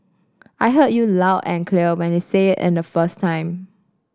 I heard you loud and clear when you said it the first time